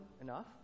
enough